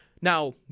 Now